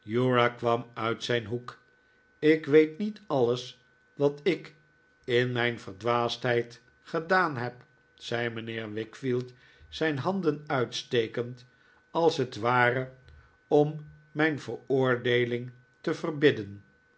uriah kwam uit zijn hoek ik weet niet alles wat ik in mijn verdwaasdheid gedaan heb zei mijnheer wickfield zijn handen uitstekend als het ware om mijn veroordeeling te verbidden